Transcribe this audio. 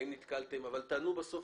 אבל תענו בסוף,